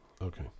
Okay